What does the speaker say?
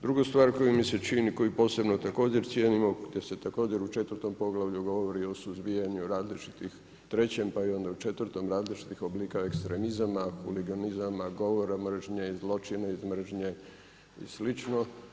Druga stvar koja mi se čini koju posebno također cijenimo, te se također u četvrtom poglavlju govori o suzbijaju različitih, trećem pa i onda u četvrtom, različitih oblika ekstremizama, huliganizama, govora mržnje, zločina iz mržnje i slično.